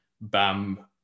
Bam